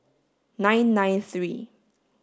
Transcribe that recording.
nine nine three